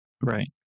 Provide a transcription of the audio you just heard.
Right